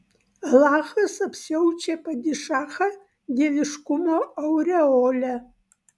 alachas apsiaučia padišachą dieviškumo aureole